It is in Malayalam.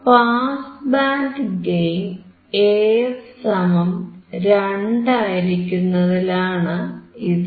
പാസ് ബാൻഡ് ഗെയിൻ AF2 ആയിരിക്കുന്നതിനാലാണ് ഇത്